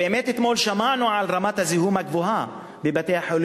באמת אתמול שמענו על רמת הזיהום הגבוהה בבתי-החולים,